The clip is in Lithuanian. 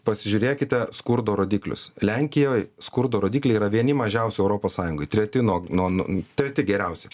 pasižiūrėkite skurdo rodiklius lenkijoj skurdo rodikliai yra vieni mažiausių europos sąjungoj treti nuo nu nu treti geriausi